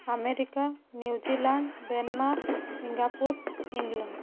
America New Zealand Denmark Singapore England